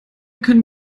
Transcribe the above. können